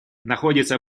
находится